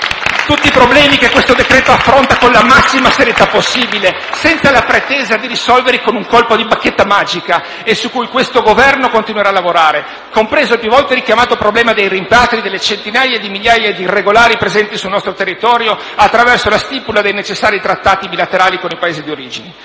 tutti problemi che il decreto in esame affronta con la massima serietà possibile, senza la pretesa di risolverli con un colpo di bacchetta magica, e su cui il Governo continuerà a lavorare, compreso il più volte richiamato problema dei rimpatri delle centinaia di migliaia di irregolari presenti sul nostro territorio, attraverso la stipula dei necessari trattati bilaterali con i Paesi d'origine.